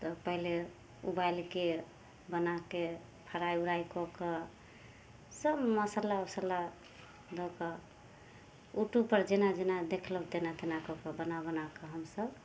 तऽ पहिले उबालिके बनाके फराइ उराइ कऽ कऽ सब मसल्ला उसल्ला दऽ कऽ उटूबपर जेना जेना देखलहुँ तेना तेना कऽ बना बनाकऽ हमसभ